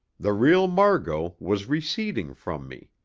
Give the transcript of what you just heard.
the real margot was receding from me.